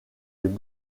les